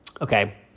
Okay